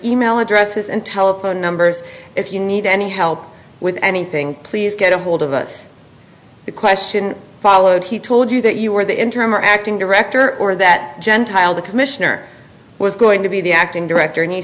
e mail addresses and telephone numbers if you need any help with anything please get ahold of us the question followed he told you that you were the interim or acting director or that gentile the commissioner was going to be the acting director and he